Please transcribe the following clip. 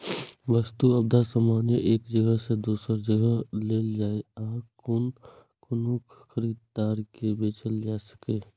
वस्तु अथवा सामान एक जगह सं दोसर जगह लए जाए आ कोनो खरीदार के बेचल जा सकै